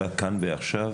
אלא כאן ועכשיו.